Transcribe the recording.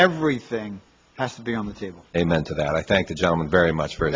everything has to be on the table amen to that i thank the gentleman very much for